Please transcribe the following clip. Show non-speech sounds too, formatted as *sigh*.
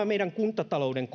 *unintelligible* meidän kuntatalouden *unintelligible*